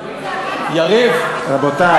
פיתה,